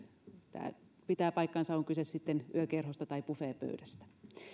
ja tämä pitää paikkansa on kyse sitten yökerhosta tai buffetpöydästä